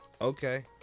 okay